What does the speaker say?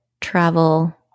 travel